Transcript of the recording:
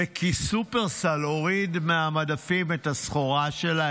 וכי שופרסל הוריד מהמדפים את הסחורה שלה